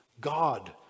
God